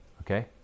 Okay